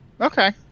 okay